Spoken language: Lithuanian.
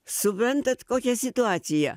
suprantat kokia situacija